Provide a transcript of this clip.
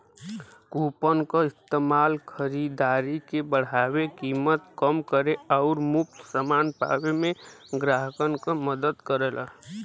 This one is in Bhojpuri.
कूपन क इस्तेमाल खरीदारी के बढ़ावे, कीमत कम करे आउर मुफ्त समान पावे में ग्राहकन क मदद करला